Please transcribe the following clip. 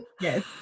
yes